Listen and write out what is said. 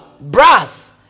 brass